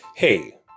Hey